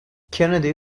kennedy